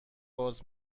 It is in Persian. باز